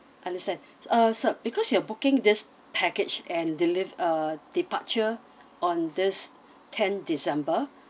understand uh sir because you're booking this package and deliver uh departure on this ten december